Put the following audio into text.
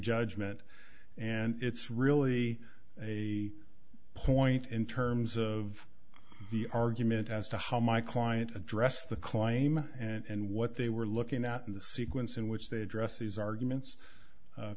judgment and it's really a point in terms of the argument as to how my client addressed the claim and what they were looking at in the sequence in which they address these arguments